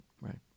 right